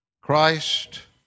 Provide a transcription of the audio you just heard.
Christ